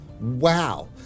wow